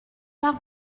pas